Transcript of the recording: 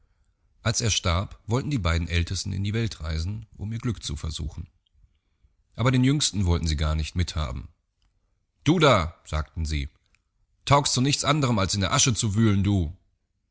als er starb wollten die beiden ältesten in die welt reisen um ihr glück zu versuchen aber den jüngsten wollten sie gar nicht mit haben du da sagten sie taugst zu nichts anderm als in der asche zu wühlen du